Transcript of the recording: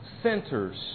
centers